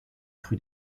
crue